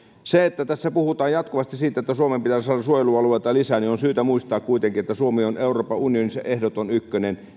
kun tässä puhutaan jatkuvasti siitä että suomeen pitäisi saada suojelualueita lisää on syytä kuitenkin muistaa että suomi on euroopan unionin se ehdoton ykkönen